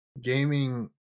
gaming